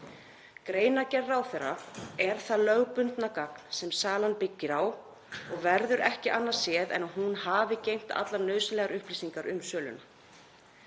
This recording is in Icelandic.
Greinargerð ráðherra er það lögbundna gagn sem salan byggir á og verður ekki annað séð en að hún hafi geymt allar nauðsynlegar upplýsingar um söluna.